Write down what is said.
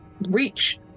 reach